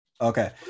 Okay